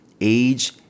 Age